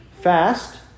fast